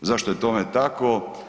Zašto je tome tako?